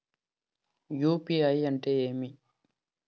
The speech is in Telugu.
యు.పి.ఐ అంటే ఏమి?